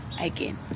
again